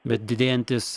bet didėjantis